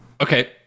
okay